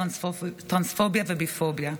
טרנסופוביה וביפוביה.